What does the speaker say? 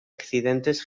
accidentes